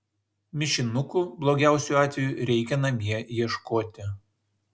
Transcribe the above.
mišinukų blogiausiu atveju reikia namie ieškoti